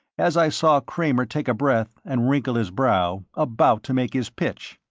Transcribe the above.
as i saw kramer take a breath and wrinkle his brow, about to make his pitch.